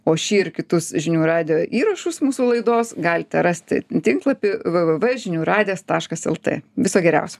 o šį ir kitus žinių radijo įrašus mūsų laidos galite rasti tinklapy v v v žinių radijas taškas lt viso geriausio